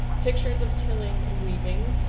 pictures of tilling and weaving,